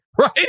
Right